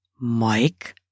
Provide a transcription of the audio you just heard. Mike